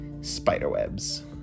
spiderwebs